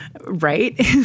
right